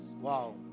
wow